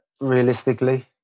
realistically